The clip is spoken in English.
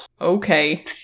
Okay